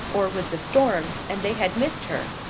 or with the storm, and they had missed her.